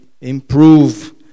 improve